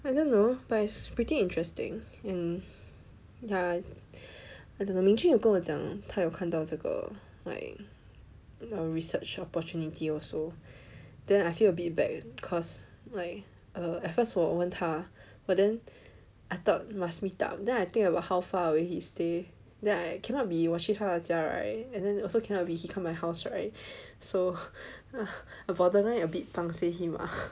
I don't know but it's pretty interesting in ya I don't know Ming Jung 有跟我讲他有看到这个 like a research opportunity also then I feel a bit bad cause like err at first 我问他 but then I thought must meet up then I think about how far away he stay then I cannot be 我去他的家 right and then also cannot be he come my house right so bottom line I a bit pangseh him ah